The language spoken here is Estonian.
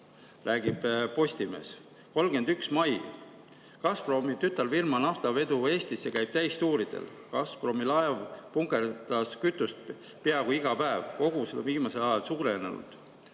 Räägib Postimees, 31. mai: "Gazpromi tütarfirma naftavedu Eestisse käib täistuuridel. Gazpromi laev punkerdas kütust peaaegu iga päev. Kogused on viimasel ajal suurenenud."